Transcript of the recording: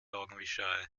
augenwischerei